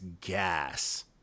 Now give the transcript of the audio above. gas